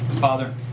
Father